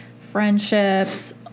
friendships